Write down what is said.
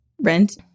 rent